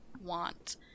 want